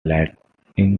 lightning